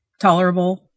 tolerable